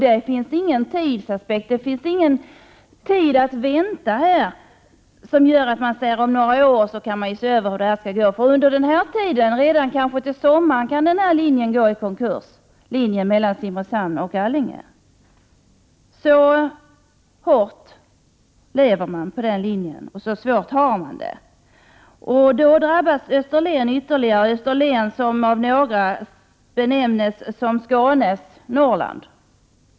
Det finns ingen tid att vänta, och man kan inte säga att man om några år skall se över det hela. Under tiden, kanske redan till sommaren, kan linjen Simrishamn-Allinge gå i konkurs. Så svårt är det för den linjen. Därmed drabbas Österlen ytterligare — Österlen benämns ibland Skånes Norrland.